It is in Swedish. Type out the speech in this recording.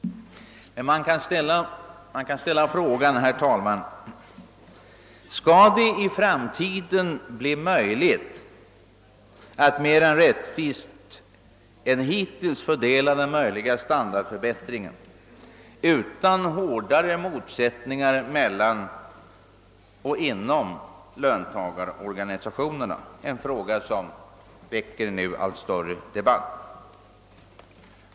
Man kan ställa frågan: Kommer det att i framtiden bli möjligt att mera rättvist än som hittills skett fördela möjlig standardförbättring utan hårdare motsättningar mellan och inom löntagarorganisationerna? Det är en fråga som nu väcker allt större debatt.